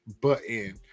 button